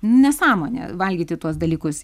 nesąmonė valgyti tuos dalykus